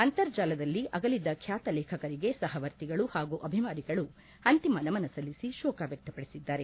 ಅಂತರ್ಜಾಲದಲ್ಲಿ ಅಗಲಿದ ಖ್ಯಾತ ಲೇಖಕರಿಗೆ ಸಹವರ್ತಿಗಳು ಹಾಗೂ ಅಭಿಮಾನಿಗಳು ಅಂತಿಮ ನಮನ ಸಲ್ಲಿಸಿ ಕೋಕ ವ್ಚಕ್ತಪಡಿಸಿದ್ದಾರೆ